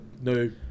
no